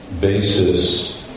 basis